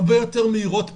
הרבה יותר מאירות פנים,